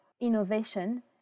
innovation